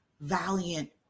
valiant